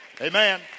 amen